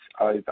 over